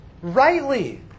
Rightly